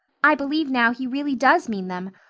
i believe now he really does mean them,